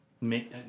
Make